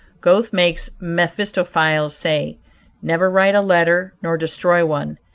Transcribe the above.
goethe makes mephistophilles say never write a letter nor destroy one.